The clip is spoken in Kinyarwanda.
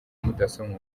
mudasobwa